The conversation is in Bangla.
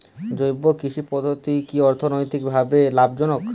জৈব কৃষি পদ্ধতি কি অর্থনৈতিকভাবে লাভজনক?